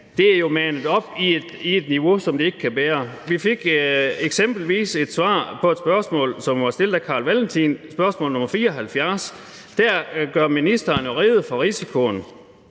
det er kørt op i et niveau, som det ikke kan bære. Vi fik eksempelvis et svar på et spørgsmål, som blev stillet af Carl Valentin, nemlig spørgsmål nr. 74. Der gør ministeren jo rede for risikoen,